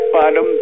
bottom